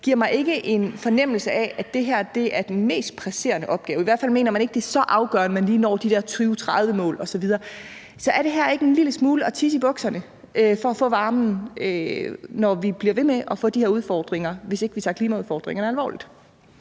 giver mig ikke en fornemmelse af, at det er den mest presserende opgave. I hvert fald mener man ikke, at det er så afgørende, at man lige når de der 2030-mål osv. Så er det ikke en lille smule som at tisse i bukserne for at få varmen, når vi bliver ved med at få de her klimaudfordringer og vi ikke tager dem alvorligt?